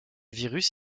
virus